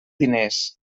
diners